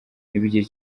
ntibigire